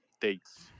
dates